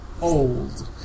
old